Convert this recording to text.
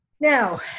Now